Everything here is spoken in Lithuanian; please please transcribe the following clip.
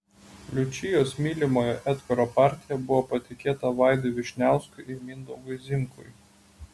liučijos mylimojo edgaro partija buvo patikėta vaidui vyšniauskui ir mindaugui zimkui